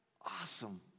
awesome